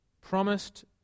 promised